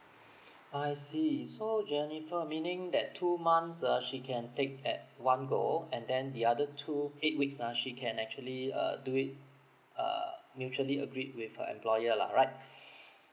I see so jennifer meaning that two months ah she can take at one go and then the other two eight weeks ah she can actually uh do it uh mutually agreed with her employer lah right